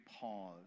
pause